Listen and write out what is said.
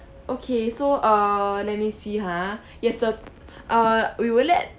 okay so uh let me see ha yes the uh we will let